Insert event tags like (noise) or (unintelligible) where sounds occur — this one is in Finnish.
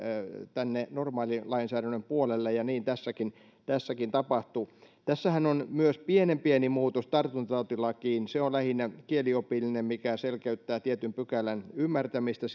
tänne normaalilainsäädännön puolelle ja niin tässäkin tässäkin tapahtuu tässähän on myös pienen pieni muutos tartuntatautilakiin se on lähinnä kieliopillinen mikä selkeyttää tietyn pykälän ymmärtämistä (unintelligible)